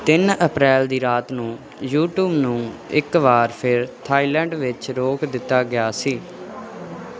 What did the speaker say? ਤਿੰਨ ਅਪ੍ਰੈਲ ਦੀ ਰਾਤ ਨੂੰ ਯੂਟਿਊਬ ਨੂੰ ਇੱਕ ਵਾਰ ਫਿਰ ਥਾਈਲੈਂਡ ਵਿੱਚ ਰੋਕ ਦਿੱਤਾ ਗਿਆ ਸੀ